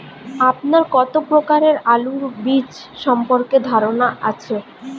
আপনার কত প্রকারের আলু বীজ সম্পর্কে ধারনা আছে?